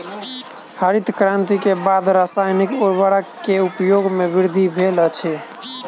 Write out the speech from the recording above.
हरित क्रांति के बाद रासायनिक उर्वरक के उपयोग में वृद्धि भेल अछि